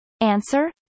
Answer